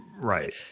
right